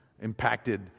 impacted